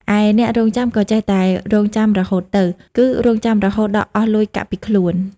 ឯអ្នករង់ចាំក៏ចេះតែរង់ចាំរហូតទៅ គឺរង់ចាំរហូតដល់អស់លុយកាក់ពីខ្លួន ។